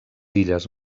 illes